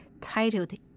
titled